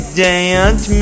dance